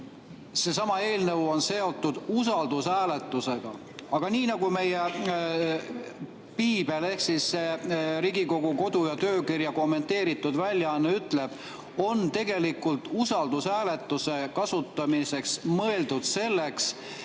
seesama eelnõu on seotud usaldushääletusega, aga nii nagu meie piibel ehk Riigikogu kodu‑ ja töökorra kommenteeritud väljaanne ütleb, on tegelikult usaldushääletuse kasutamine mõeldud selleks,